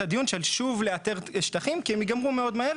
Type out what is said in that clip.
הדיון של שוב לאתר שטחים כי הם ייגמרו מאוד מהר,